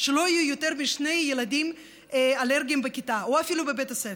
שלא יהיו יותר משני ילדים אלרגיים בכיתה או אפילו בבית הספר,